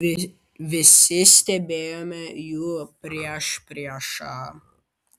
visi stebėjome jų priešpriešą